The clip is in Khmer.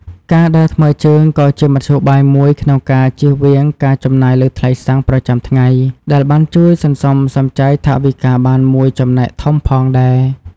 ការដើរថ្មើរជើងក៏ជាមធ្យោបាយមួយក្នុងការជៀសវាងការចំណាយលើថ្លៃសាំងប្រចាំថ្ងៃដែលបានជួយសន្សំសំចៃថវិកាបានមួយចំណែកធំផងដែរ។